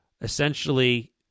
essentially